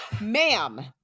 Ma'am